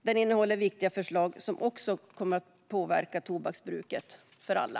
Den innehåller viktiga förslag som också kommer att påverka tobaksbruket för alla.